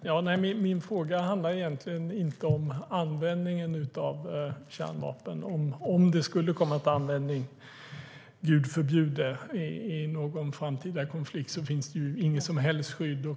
Herr talman! Min fråga handlar egentligen inte om användningen av kärnvapen. Om de skulle komma till användning - Gud förbjude! - i någon framtida konflikt finns det ju inget som helst skydd.